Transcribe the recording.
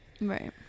Right